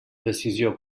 decisió